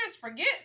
Forget